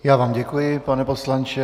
Já vám děkuji, pane poslanče.